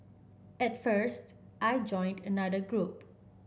at first I joined another group